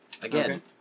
Again